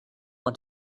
want